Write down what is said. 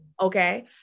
okay